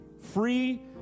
Free